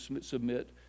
submit